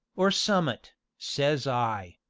or summ'at says i.